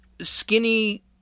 skinny